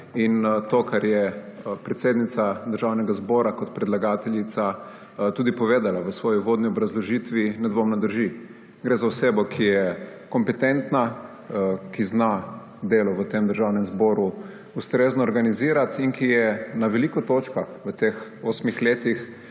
To, kar je predsednica Državnega zbora kot predlagateljica povedala v svoji uvodni obrazložitvi, nedvomno drži. Gre za osebo, ki je kompetentna, ki zna delo v Državnem zboru ustrezno organizirati in ki je na veliko točkah v teh osmih letih